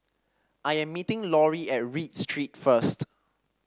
I am meeting Laurie at Read Street first